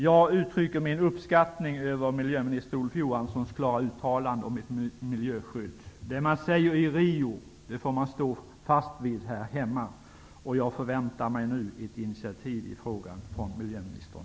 Jag uttrycker min uppskattning över miljöminister Det man säger i Rio, får man stå fast vid här hemma. Jag förväntar mig nu ett initiativ i frågan från miljöministern.